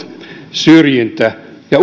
syrjintä ja